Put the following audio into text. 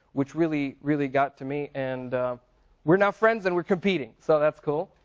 which really, really got to me, and we are now friends and we are competing, so that's cool,